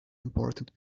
important